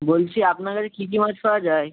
বলছি আপনার কাছে কী কী মাছ পাওয়া যায়